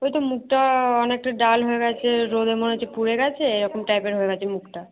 ওই তো মুখটা অনেকটা ডাল হয়ে গেছে রোদে মনে হচ্ছে পুড়ে গেছে এরকম টাইপের হয়ে গেছে মুখটা